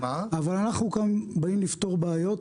אבל אנחנו כאן באים לפתור בעיות.